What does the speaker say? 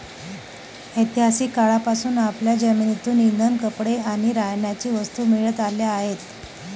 ऐतिहासिक काळापासून आपल्याला जमिनीतून इंधन, कपडे आणि राहण्याच्या वस्तू मिळत आल्या आहेत